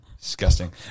Disgusting